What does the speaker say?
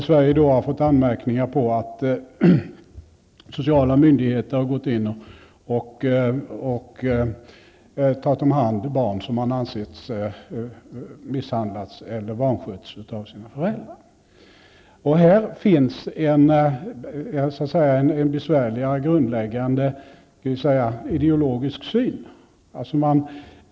Sverige har fått anmärkning för att sociala myndigheter har gått in och tagit om hand barn som man ansett ha misshandlats eller vanskötts av sina föräldrar. Här finns en besvärlig grundläggande ideologisk skillnad.